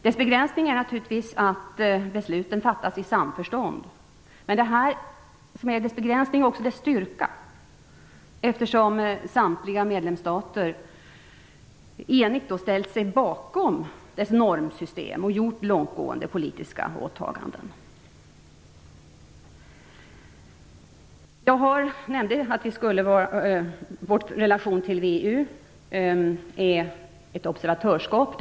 Dess begränsning är naturligtvis att besluten skall fattas i samförstånd, men denna begränsning är också dess styrka, eftersom samtliga medlemsstater enigt ställt sig bakom ett normsystem och gjort långtgående politiska åtaganden. Jag nämnde att vår relation till VEU är ett observatörsskap.